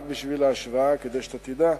רק בשביל ההשוואה, כדי שתדע,